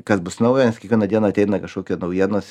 kas bus naujas kiekvieną dieną ateina kažkokia naujienos